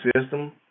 system